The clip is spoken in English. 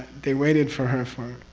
they waited for her for.